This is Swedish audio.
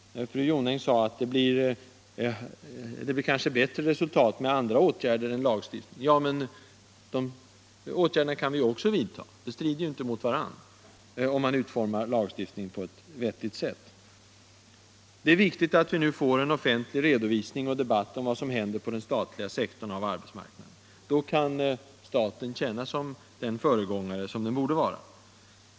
Fru Jonäng sade att andra åtgärder än lagstiftning kanske ger bättre resultat. Ja, men de åtgärderna kan man också vidta — de två önskemålen strider inte mot varandra, om man utformar lagstiftningen på ett vettigt sätt. ' Det är viktigt att vi nu får en offentlig redovisning av och en debatt om vad som händer på den statliga sektorn av arbetsmarknaden. Då kan staten tjäna som den föregångare som den borde vara.